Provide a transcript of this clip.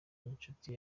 inshuti